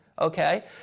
okay